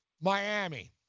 Miami